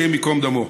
השם ייקום דמו.